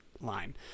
line